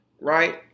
right